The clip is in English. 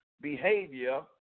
behavior